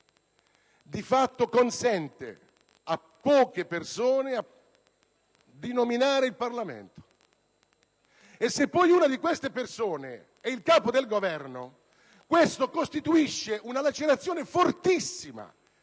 di fatto consente a poche persone di nominare il Parlamento. Se poi una di queste persone è il Capo del Governo, ciò costituisce una lacerazione fortissima